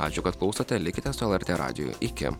ačiū kad klausote likite su lrt radiju iki